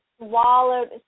swallowed